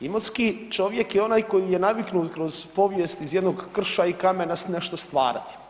Imotski čovjek je onaj koji je naviknut kroz povijest iz jednog krša i kamena nešto stvarati.